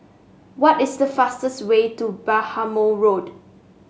what is the fastest way to Bhamo Road